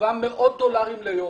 שגובה מאות דולרים ליום,